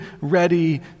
ready